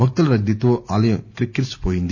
భక్తుల రద్దీతో ఆలయం కిక్కిరిసి పొయింది